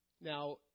Now